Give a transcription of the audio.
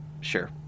Sure